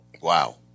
Wow